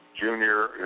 Junior